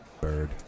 Bird